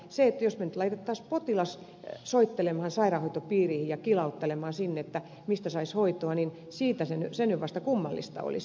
jos me nyt laittaisimme potilaan soittelemaan sairaanhoitopiirihin ja kilauttelemahan sinne että mistä saisi hoitoa niin se nyt vasta kummallista olisi